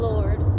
Lord